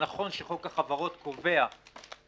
נכון שחוק החברות קובע שהיום